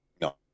No